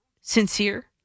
sincere